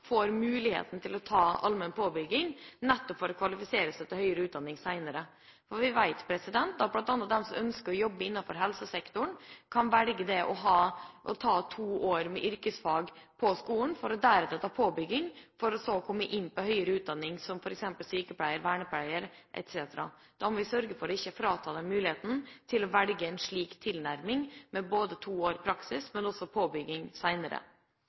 får mulighet til å ta allmenn påbygging, nettopp for å kvalifisere seg til høyere utdanning senere. Vi vet at bl.a. de som ønsker å jobbe innenfor helsesektoren, kan velge å ta to år med yrkesfag på skolen for deretter å ta påbygging for å komme inn på høyere utdanning for å bli f.eks. sykepleier, vernepleier, etc. Da må vi sørge for ikke å ta fra dem muligheten til å velge en slik tilnærming med både to års praksis og påbygging